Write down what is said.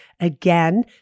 Again